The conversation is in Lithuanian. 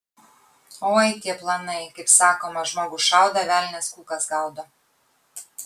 oi tie planai kaip sakoma žmogus šaudo velnias kulkas gaudo